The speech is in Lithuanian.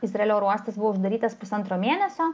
izraelio oro uostas buvo uždarytas pusantro mėnesio